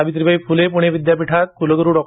सावित्रीबाई फुले पुणे विद्यापीठात कुलगुरू डॉ